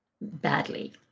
Badly